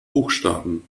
buchstaben